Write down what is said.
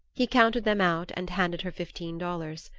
he counted them out, and handed her fifteen dollars.